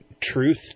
truth